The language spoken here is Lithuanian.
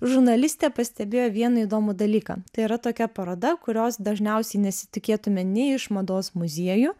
žurnalistė pastebėjo vieną įdomų dalyką tai yra tokia paroda kurios dažniausiai nesitikėtume nei iš mados muziejų